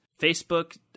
Facebook